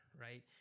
right